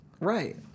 Right